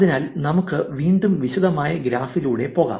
അതിനാൽ നമുക്ക് വീണ്ടും വിശദമായി ഗ്രാഫിലൂടെ പോകാം